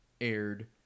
aired